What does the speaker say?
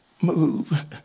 move